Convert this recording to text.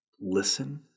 Listen